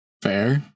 Fair